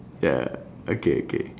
ya okay okay